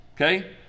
Okay